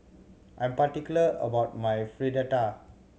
I'm particular about my Fritada